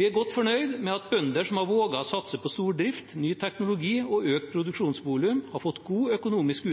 Vi er godt fornøyd med at bønder som har våget å satse på stordrift, ny teknologi og økt produksjonsvolum, har fått god økonomisk